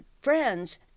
friends